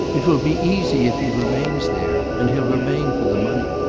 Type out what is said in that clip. it will be easy if he remains there and he'll remain for the money.